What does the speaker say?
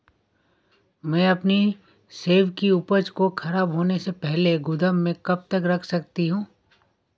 मैं अपनी सेब की उपज को ख़राब होने से पहले गोदाम में कब तक रख सकती हूँ?